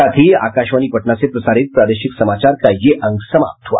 इसके साथ ही आकाशवाणी पटना से प्रसारित प्रादेशिक समाचार का ये अंक समाप्त हुआ